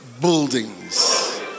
Buildings